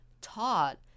taught